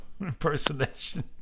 impersonation